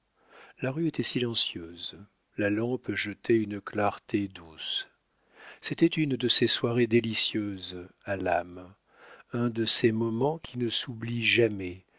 la rue était silencieuse la lampe jetait une clarté douce c'était une de ces soirées délicieuses à l'âme un de ces moments qui ne s'oublient jamais